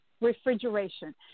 refrigeration